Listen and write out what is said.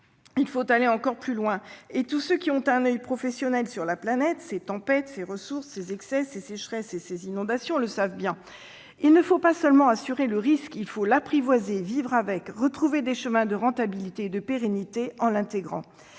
Il faut aller encore plus loin : tous ceux qui ont un oeil professionnel sur la planète, ses tempêtes, ses ressources, ses excès, ses sécheresses et ses inondations, le savent bien. Il ne faut pas seulement assurer le risque, il faut l'apprivoiser, vivre avec, retrouver des chemins de rentabilité et de pérennité en l'intégrant.